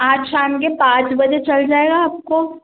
आज शाम के पाँच बजे चल जाएगा आपको